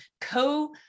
co